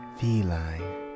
Feline